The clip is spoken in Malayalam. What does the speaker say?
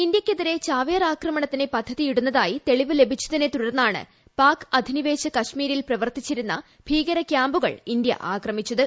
ഇന്ത്യക്ക് എതിരെ ചാവേർ ആക്രമണത്തിന് പദ്ധതി ഇടുന്നതായി തെളിവ് ലഭിച്ചതിനെ തുടർന്നാണ് പാക് അധിനിവേശ കശ്മീരിൽ പ്രവർത്തിച്ചിരുന്ന ഭീകരകൃാമ്പുകൾ ഇന്ത്യ ആക്രമിച്ചത്